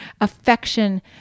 affection